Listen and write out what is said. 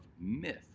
myth